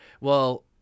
Well-